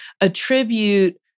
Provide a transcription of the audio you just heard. attribute